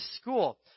school